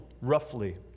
roughly